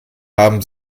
haben